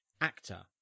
actor